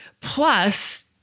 Plus